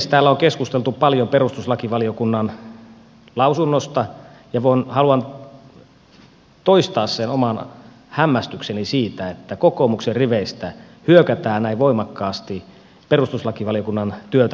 täällä on keskusteltu paljon perustuslakivaliokunnan lausunnosta ja haluan toistaa sen oman hämmästykseni siitä että kokoomuksen riveistä hyökätään näin voimakkaasti perustuslakivaliokunnan työtä kohtaan